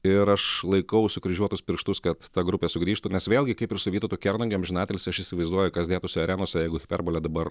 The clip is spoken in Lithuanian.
ir aš laikau sukryžiuotus pirštus kad ta grupė sugrįžtų nes vėlgi kaip ir su vytautu kernagiu amžinatilsį aš įsivaizduoju kas dėtųsi arenose jeigu hiperbolė dabar